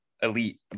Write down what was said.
elite